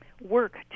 work